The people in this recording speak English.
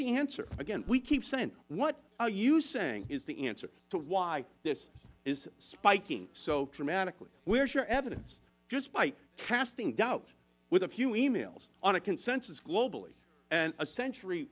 the answer again we keep saying what are you saying is the answer to why this is spiking so dramatically where is your evidence just by casting doubt with a few e mails on a consensus globally and a century